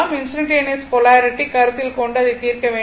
instantaneous polarity கருத்தில் கொண்டு அதைத் தீர்க்க வேண்டும்